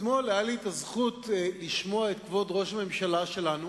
אתמול היתה לי את הזכות לשמוע את כבוד ראש הממשלה שלנו